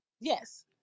Yes